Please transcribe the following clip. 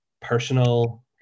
personal